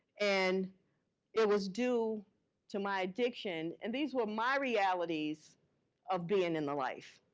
and it was due to my addiction. and these were my realities of being in the life.